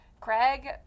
Craig